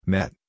Met